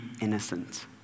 innocent